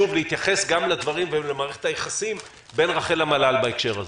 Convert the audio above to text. שוב להתייחס גם לדברים וגם למערכת היחסים בין רח"ל למל"ל בהקשר הזה.